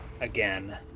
again